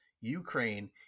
Ukraine